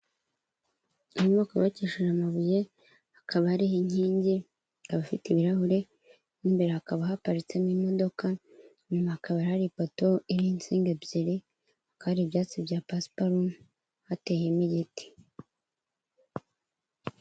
Inyubako yubakishije amabuye. Hakaba hariho inkingi. Ikaba ifite ibirahure. Mo imbere hakaba haparitsemo imodoka. Inyuma hakaba hari ipoto iriho insinga ebyiri. Hakaba hari ibyatsi bya pasuparume, hateyemo igeti.